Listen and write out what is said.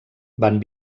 van